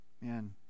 Man